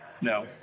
No